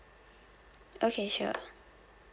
okay sure